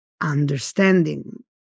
understanding